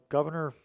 Governor